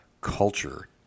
culture